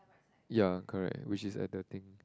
ya correct which is at the thing